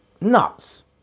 Nuts